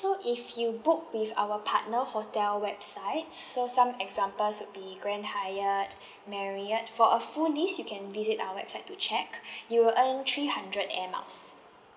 so if you book with our partner hotel websites so some examples would be grand hyatt marriott for a full list you can visit our website to check you will earn three hundred air miles